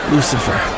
Lucifer